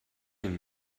and